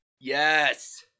Yes